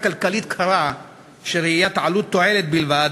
כלכלית קרה של ראיית עלות תועלת בלבד,